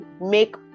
make